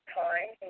time